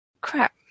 Crap